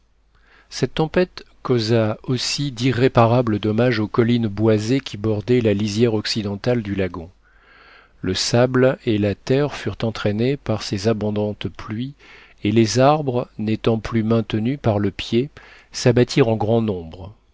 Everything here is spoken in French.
cette tempête causa aussi d'irréparables dommages aux collines boisées qui bordaient la lisière occidentale du lagon le sable et la terre furent entraînés par ces abondantes pluies et les arbres n'étant plus maintenus par le pied s'abattirent en grand nombre